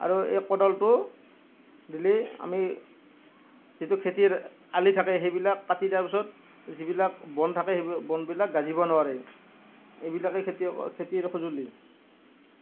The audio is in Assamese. আৰু এই কোদালটো দিলেই আমি যিটো খেতিৰ আলি থাকে সেইবিলাক কাটি তাৰপাছত যিবিলাক বন থাকে সেইবিলাক বনবিলাক গজিব নোৱাৰে এইবিলাকেই খেতিৰ খেতিৰ সঁজুলি